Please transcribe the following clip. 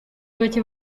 bacye